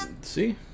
See